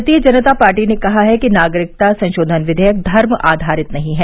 भारतीय जनता पार्टी ने कहा है कि नागरिकता संशोधन विघेयक धर्म आधारित नहीं है